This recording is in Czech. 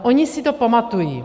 Oni si to pamatují.